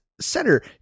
center